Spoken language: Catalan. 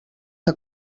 que